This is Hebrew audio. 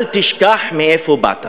אל תשכח מאיפה באת.